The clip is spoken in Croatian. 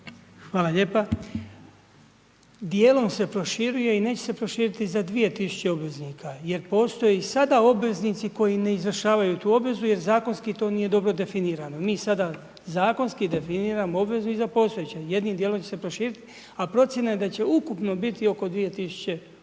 Hvala lijepo. Dijelom se proširuje i neće se proširiti za 2000 obveznika, jer postoji sada obveznici koji ne izvršavaju tu obvezu jer zakonski to nije dobro definirano. Mi sada zakonski definiramo obvezu i za postojeće. Jednim dijelom će se i proširiti, a procjena je da će ukupno biti oko 2000 obveznika.